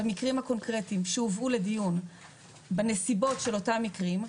במקרים הקונקרטיים שהובאו לדיון בנסיבות של אותם מקרים,